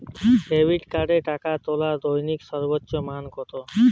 Debit কার্ডে টাকা তোলার দৈনিক সর্বোচ্চ মান কতো?